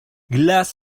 glass